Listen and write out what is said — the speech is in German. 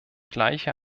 gleiche